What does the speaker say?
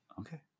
Okay